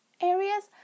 areas